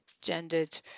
gendered